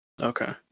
Okay